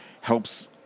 helps